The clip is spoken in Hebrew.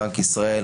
בנק ישראל,